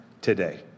today